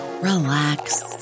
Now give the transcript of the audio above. relax